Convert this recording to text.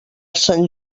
sant